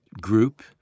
group